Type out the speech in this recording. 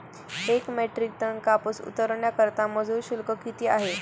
एक metric tonne कापूस उतरवण्याकरता मजूर शुल्क किती आहे?